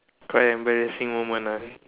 quite an embarrassing moment uh